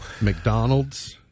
McDonald's